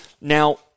Now